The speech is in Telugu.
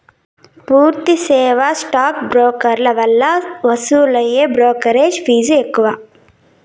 పూర్తి సేవా స్టాక్ బ్రోకర్ల వల్ల వసూలయ్యే బ్రోకెరేజ్ ఫీజ్ ఎక్కువ